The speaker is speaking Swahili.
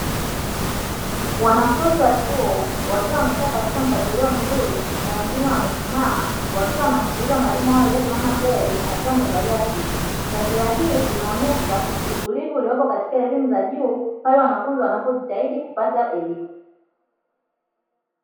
Wanafunzi wa chuo wakiwa wamekaa katika mpangilio mzuri wengine wakiwa wamesimama, wakiwa wanamsikiliza mwalimu wao alio mbele aliyesimama, taswira hii inaonesha utulivu uliopo katika elimu ya juu pale wanafunzi wanapojitahidi kupata elimu.